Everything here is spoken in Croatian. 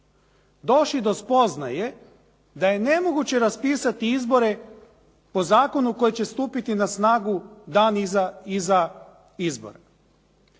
došli do spoznaje da je nemoguće raspisati izbore po zakonu koji će stupiti na snagu dan iza izbora.